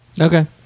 Okay